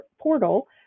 portal